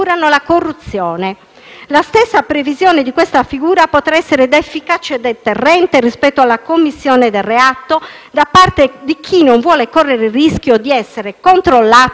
La stessa previsione di questa figura potrà essere un efficace deterrente rispetto alla commissione del reato da parte di chi non vuole correre il rischio di essere controllato e scoperto.